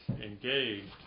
engaged